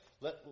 Let